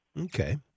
Okay